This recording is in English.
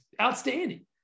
outstanding